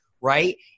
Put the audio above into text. right